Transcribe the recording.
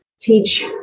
teach